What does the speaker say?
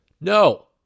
no